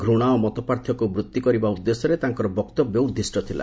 ଘୂଶା ଓ ମତପାର୍ଥକ୍ୟକୁ ବୃତ୍ତିକରିବା ଉଦ୍ଦେଶ୍ୟରେ ତାଙ୍କର ବକ୍ତବ୍ୟ ଉଦ୍ଧିଷ୍ଟ ଥିଲା